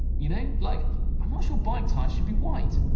you know like i'm not sure bike tires should be white.